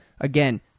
Again